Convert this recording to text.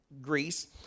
Greece